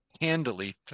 handily